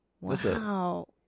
Wow